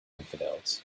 infidels